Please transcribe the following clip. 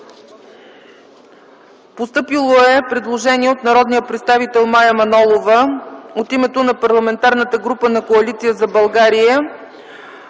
Постъпило е предложение от народния представител Мая Манолова от името на Парламентарната група на Коалиция за България